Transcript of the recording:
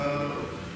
אתה,